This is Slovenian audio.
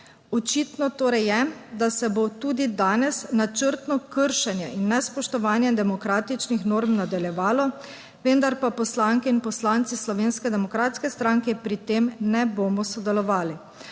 Očitno torej je, da se bo tudi danes načrtno kršenje in nespoštovanje demokratičnih norm nadaljevalo, vendar pa poslanke in poslanci Slovenske demokratske stranke pri tem ne bomo sodelovali.